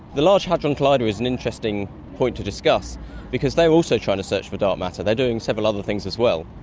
the large hadron collider is an interesting point to discuss because they're also trying to search for dark matter, they're doing several other things as well.